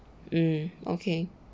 mm okay